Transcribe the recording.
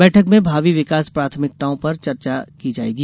बैठक में भावी विकास प्राथमिकताओं पर चर्चा भी की जाएगी